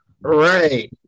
Right